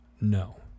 no